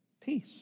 Peace